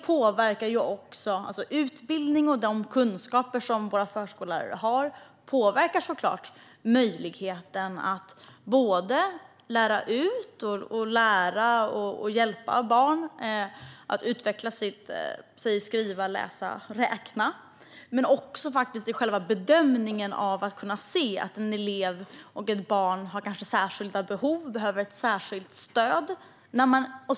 Den utbildning och de kunskaper som våra förskollärare har påverkar såklart möjligheten både att lära ut och hjälpa barn att utvecklas när det gäller att skriva, läsa och räkna och att göra bedömningen och kunna se att en elev har särskilda behov och behöver särskilt stöd.